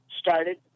started